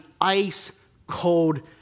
ice-cold